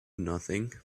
nothing